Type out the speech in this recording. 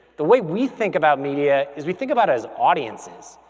the way we think about media is we think about as audiences.